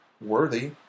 worthy